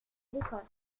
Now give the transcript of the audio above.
dépense